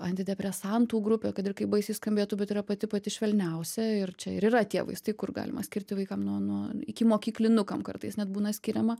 antidepresantų grupė kad ir kaip baisiai skambėtų bet yra pati pati švelniausia ir čia ir yra tie vaistai kur galima skirti vaikam nuo nuo ikimokyklinukam kartais net būna skiriama